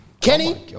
Kenny